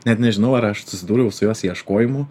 net nežinau ar aš susidūriau su jos ieškojimu